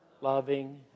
loving